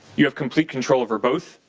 you have complete control over both.